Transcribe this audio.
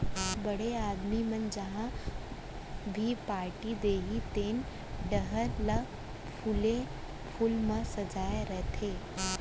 बड़े आदमी मन जहॉं भी पारटी देहीं तेन ठउर ल फूले फूल म सजाय रथें